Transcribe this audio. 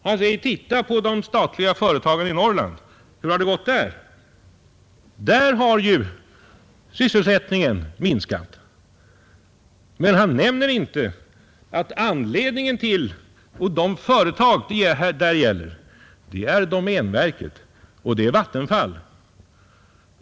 Han säger: Titta på de statliga företagen i Norrland! Hur har Tisdagen den det gått där? Där har ju sysselsättningen minskat. Men han nämner inte 30 mars 1971 att de företag det där gäller är domänverket och Vattenfall.